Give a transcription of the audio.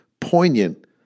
poignant